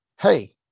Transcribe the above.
hey